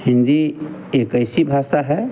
हिन्दी एक ऐसी भाषा है